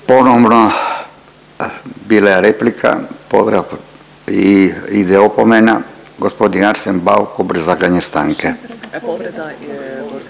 Ponovno bila je replika, povreda i ide opomena. Gospodin Arsen Bauk obrazlaganje stanke.